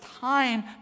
time